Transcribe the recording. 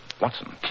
Watson